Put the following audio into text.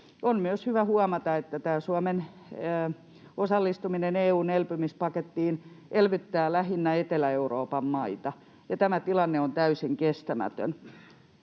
On myös hyvä huomata, että Suomen osallistuminen EU:n elpymispakettiin elvyttää lähinnä Etelä-Euroopan maita, ja tämä tilanne on täysin kestämätön.